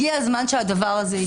הגיע הזמן שהדבר הזה ייפתר.